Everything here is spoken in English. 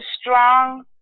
strong